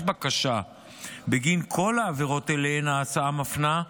בקשה בגין כל העבירות שאליהן ההצעה מפנה,